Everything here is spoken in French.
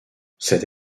cette